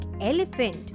elephant